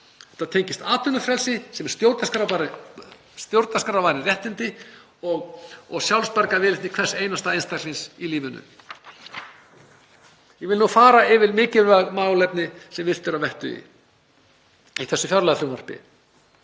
Þetta tengist atvinnufrelsi sem eru stjórnarskrárvarin réttindi og sjálfsbjargarviðleitni hvers einasta einstaklings í lífinu. Ég vil nú fara yfir mikilvæg málefni sem virt eru að vettugi í þessu fjárlagafrumvarpi.